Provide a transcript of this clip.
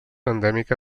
endèmica